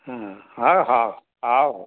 ହଁ ହଉ ହଉ